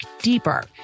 deeper